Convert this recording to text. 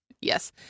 Yes